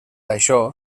això